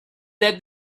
that